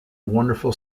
wonderful